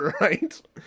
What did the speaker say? Right